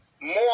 more